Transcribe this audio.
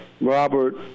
Robert